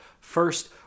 First